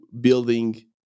building